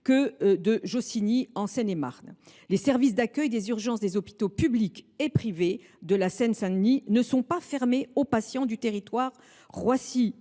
que de Jossigny, en Seine et Marne. Mais les services d’accueil des urgences des hôpitaux publics et privés de la Seine Saint Denis ne sont pas fermés aux patients du territoire Roissy Pays